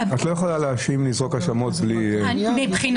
את לא יכולה לזרוק האשמות מבלי --- מבחינתי,